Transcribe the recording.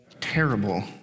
terrible